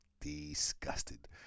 Disgusted